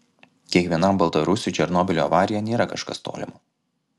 kiekvienam baltarusiui černobylio avarija nėra kažkas tolimo